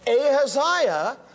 Ahaziah